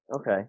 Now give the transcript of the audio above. Okay